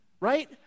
right